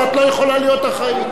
אבל את לא יכולה להיות אחראית.